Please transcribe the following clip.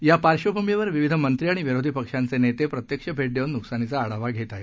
या पार्श्वभूमीवर विविध मंत्री आणि विरोधी पक्षांचे नेते प्रत्यक्ष भेट देऊन नुकसानीचा आढावा घेत आहेत